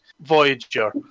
Voyager